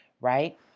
Right